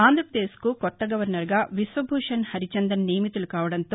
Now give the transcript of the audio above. ఆంధ్రపదేశ్ కు కొత్త గవర్నర్గా విశ్వభూషణ్ హరిచందన్ నియమితులు కావడంతో